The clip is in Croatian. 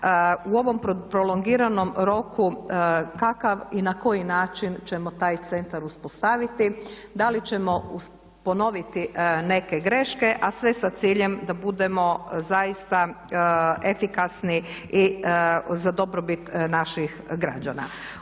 u ovom prolongiranom roku kakav i na koji način ćemo taj centar uspostaviti, da li ćemo ponoviti neke greške, a sve sa ciljem da budemo zaista efikasni i za dobrobit naših građana.